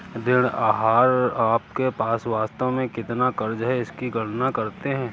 ऋण आहार आपके पास वास्तव में कितना क़र्ज़ है इसकी गणना करते है